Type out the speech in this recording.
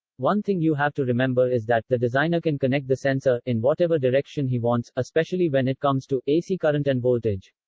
one thing you have to remember is that the designer can connect the sensor in whatever direction he wants, especially when it comes to ac current and voltages.